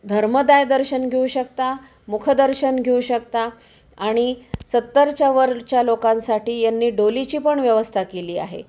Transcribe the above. धर्मदाय दर्शन घेऊ शकता मुखदर्शन घेऊ शकता आणि सत्तरच्या वरच्या लोकांसाठी यांनी डोलीची पण व्यवस्था केली आहे